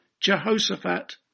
Jehoshaphat